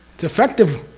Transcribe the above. it's effective.